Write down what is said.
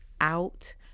out